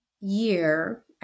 year –